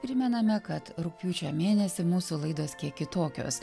primename kad rugpjūčio mėnesį mūsų laidos kiek kitokios